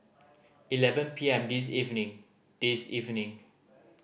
eleven P M this evening this evening